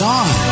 on